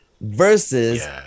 versus